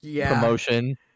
promotion